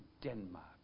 Denmark